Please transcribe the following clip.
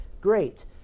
great